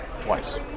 Twice